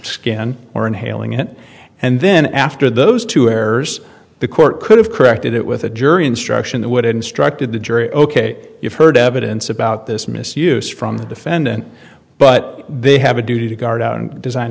skin or inhaling it and then after those two errors the court could have corrected it with a jury instruction that would instructed the jury ok you've heard evidence about this misuse from the defendant but they have a duty to guard out and design